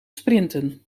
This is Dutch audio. sprinten